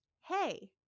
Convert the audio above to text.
hey